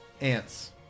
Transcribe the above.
ants